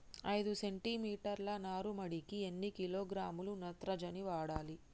ఐదు సెంటి మీటర్ల నారుమడికి ఎన్ని కిలోగ్రాముల నత్రజని వాడాలి?